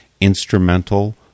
instrumental